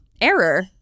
error